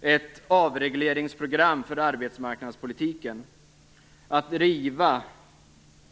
Ett avregleringsprogram för arbetsmarknadspolitiken. Att riva